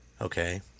Okay